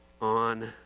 on